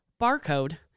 barcode